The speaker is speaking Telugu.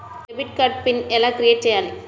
డెబిట్ కార్డు పిన్ ఎలా క్రిఏట్ చెయ్యాలి?